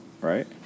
right